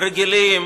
רגילים